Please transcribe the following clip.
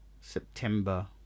September